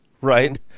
right